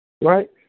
Right